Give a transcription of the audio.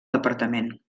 departament